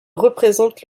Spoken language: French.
représente